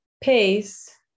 pace